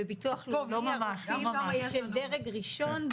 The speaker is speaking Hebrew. בביטוח לאומי הרופאים הם של דרג ראשון,